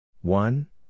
one